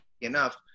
enough